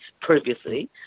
previously